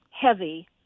heavy